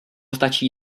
stačí